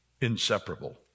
inseparable